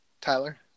Tyler